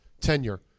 tenure